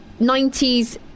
90s